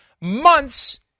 months